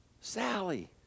Sally